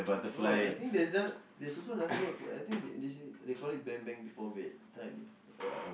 no I think there's just there's also another word for I think they call it Bang Bang before bed that time ya